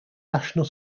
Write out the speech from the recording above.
national